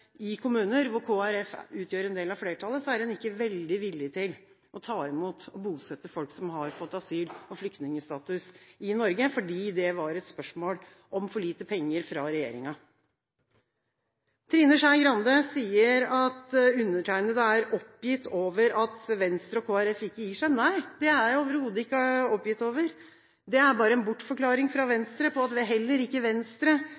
i kommuner der Kristelig Folkeparti utgjør en del av flertallet, var en ikke veldig villig til å ta imot og bosette folk som har fått asyl- og flyktningstatus i Norge fordi det var et spørsmål om for lite penger fra regjeringen. Trine Skei Grande sier at undertegnede er «oppgitt over» at Venstre og Kristelig Folkeparti ikke gir seg. Nei, det er jeg overhodet ikke oppgitt over. Det er bare en bortforklaring fra Venstre av at heller ikke Venstre